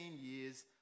years